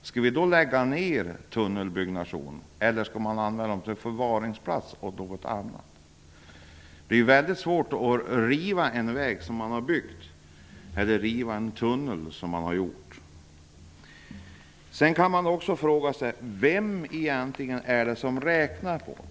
Skall vi då lägga ned tunnelbyggnationen? Eller skall man använda tunnlarna som förvaringsplats eller något annat Det är väldigt svårt att riva en väg eller en tunnel. Vem är det som egentligen gör dessa beräkningar?